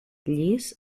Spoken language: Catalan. llis